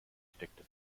steckte